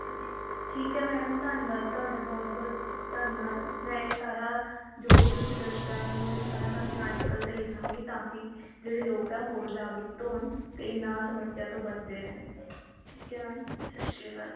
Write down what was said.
ਅੱਛਾ ਠੀਕ ਹੈ ਮੈਡਮ ਧੰਨਵਾਦ ਤੁਹਾਡਾ ਬਹੁਤ ਬਹੁਤ ਧੰਨਵਾਦ ਮੈਂ ਇਹ ਸਾਰਾ ਜੋ ਵੀ ਤੁਸੀਂ ਦੱਸਿਆ ਮੈਨੂੰ ਇਹ ਸਾਰਾ ਮੈਂ ਆਪਣੇ ਆਰਟੀਕਲ 'ਤੇ ਲਿਖਾਂਗੀ ਤਾਂ ਕਿ ਜਿਹੜੇ ਲੋਕ ਆ ਹੋਰ ਜਾਗਰੂਕ ਹੋਣ ਅਤੇ ਇਹਨਾਂ ਸਮੱਸਿਆ ਤੋਂ ਬਚਦੇ ਰਹਿਣ ਠੀਕ ਹੈ ਮੈਮ ਸਤਿ ਸ਼੍ਰੀ ਅਕਾਲ